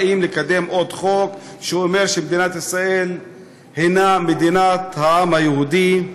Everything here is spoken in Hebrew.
באים לקדם עוד חוק שאומר שמדינת ישראל היא מדינת העם היהודי.